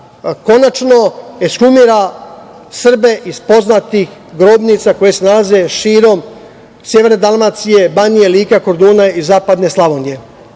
konačno ekshumira Srbe iz poznatih grobnica koje se nalaze širom severne Dalmacije, Banije, Like, Korduna i zapadne Slavonije. Isti